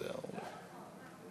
תודה רבה,